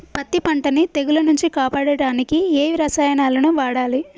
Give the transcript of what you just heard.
పత్తి పంటని తెగుల నుంచి కాపాడడానికి ఏ రసాయనాలను వాడాలి?